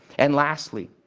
and lastly,